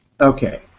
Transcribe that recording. Okay